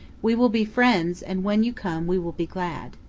we will be friends and when you come we will be glad.